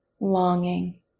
longing